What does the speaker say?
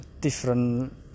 different